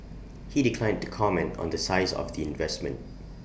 he declined to comment on the size of the investment